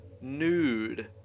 nude